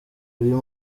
uyu